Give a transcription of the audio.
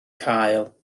cael